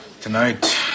Tonight